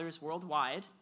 worldwide